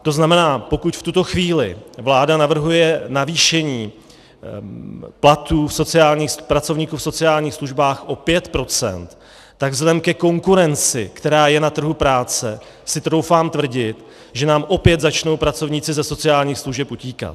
To znamená, pokud v tuto chvíli vláda navrhuje navýšení platů pracovníků v sociálních službách o 5 %, tak vzhledem ke konkurenci, která je na trhu práce, si troufám tvrdit, že nám opět začnou pracovníci ze sociálních služeb utíkat.